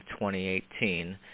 2018